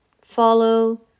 follow